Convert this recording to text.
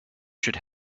should